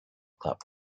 club